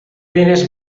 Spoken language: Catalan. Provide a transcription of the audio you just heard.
diners